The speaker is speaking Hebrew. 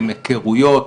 עם היכרויות,